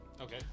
Okay